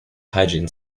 hygiene